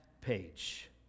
page